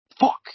Fuck